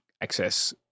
access